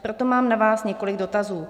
Proto mám na vás několik dotazů.